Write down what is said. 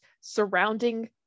surrounding